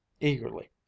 eagerly